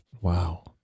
Wow